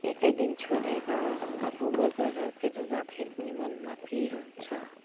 एकैदिन छोडेर आफू बजारहरूतिर जाँदा पनि मनमा पिर हुन्छ